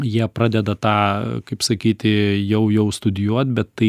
jie pradeda tą kaip sakyti jau jau studijuot bet tai